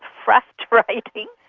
frustrating,